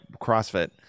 crossfit